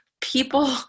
people